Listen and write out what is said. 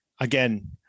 again